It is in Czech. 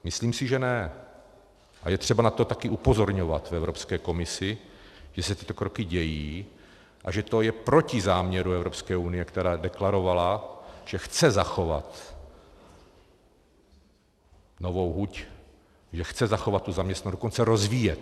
Myslím si, že ne, a je třeba na to také upozorňovat v Evropské komisi, že se tyto kroky dějí a že to je proti záměru Evropské unie, která deklarovala, že chce zachovat Novou huť, že chce zachovat zaměstnanost, dokonce rozvíjet.